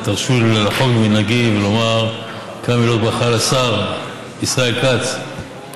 תרשו לי לחרוג ממנהגי ולומר כמה מילות ברכה לשר ישראל כץ,